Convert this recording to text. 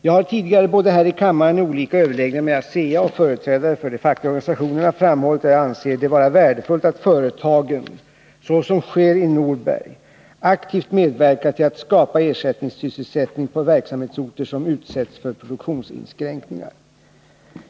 Jag har tidigare — både här i kammaren och i olika överläggningar med ASEA och företrädare för de fackliga organisationerna — framhållit att jag anser det vara värdefullt att företagen — så som sker i Norberg — aktivt medverkar till att skapa ersättningssysselsättning på verksamhetsorter som utsätts för produktionsinskränkningar.